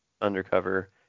undercover